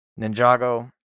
Ninjago